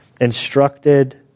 instructed